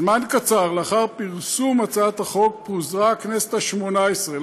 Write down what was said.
זמן קצר לאחר פרסום הצעת החוק פוזרה הכנסת השמונה-עשרה.